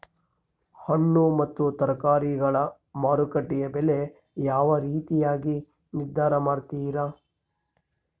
ಹಣ್ಣು ಮತ್ತು ತರಕಾರಿಗಳ ಮಾರುಕಟ್ಟೆಯ ಬೆಲೆ ಯಾವ ರೇತಿಯಾಗಿ ನಿರ್ಧಾರ ಮಾಡ್ತಿರಾ?